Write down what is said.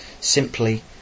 simply